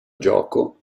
gioco